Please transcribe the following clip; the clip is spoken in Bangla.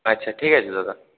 আচ্ছা ঠিক আছে দাদা